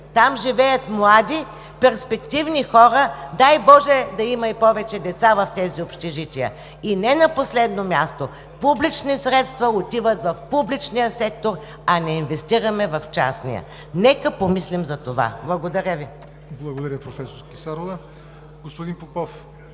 Там живеят млади, перспективни хора, дай Боже, да има и повече деца в тези общежития. И не на последно място, публични средства отиват в публичния сектор, а не инвестираме в частния. Нека помислим за това. Благодаря Ви. ПРЕДСЕДАТЕЛ ЯВОР НОТЕВ: Благодаря, професор Клисарова. Господин Попов